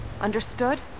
Understood